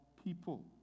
people